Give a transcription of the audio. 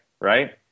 right